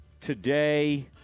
today